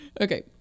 okay